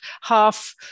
half